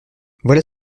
voilà